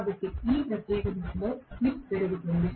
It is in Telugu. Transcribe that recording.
కాబట్టి ఈ ప్రత్యేక దిశలో స్లిప్ పెరుగుతోంది